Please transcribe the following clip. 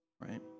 right